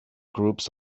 groups